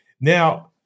Now